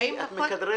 את מכדררת.